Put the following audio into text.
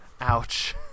Ouch